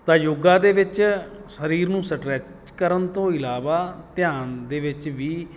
ਤਾਂ ਯੋਗਾ ਦੇ ਵਿੱਚ ਸਰੀਰ ਨੂੰ ਸਟਰੈਚ ਕਰਨ ਤੋਂ ਇਲਾਵਾ ਧਿਆਨ ਦੇ ਵਿੱਚ ਵੀ